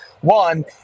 one